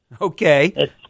Okay